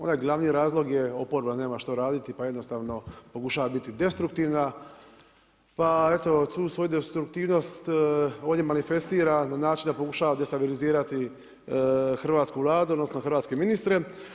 Onaj glavni razlog je oporba nema što raditi, pa jednostavno pokušava biti destruktivna, pa tu svoju destruktivnost, ovdje manifestira na način da pokušava destabilizirati Hrvatsku vladu, odnosno, hrvatske ministre.